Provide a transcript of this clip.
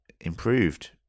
improved